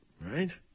Right